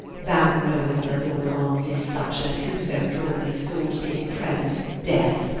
thou knowest the law of armes is such, that who so drawes a sword, tis present death,